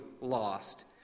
lost